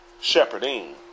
Shepherding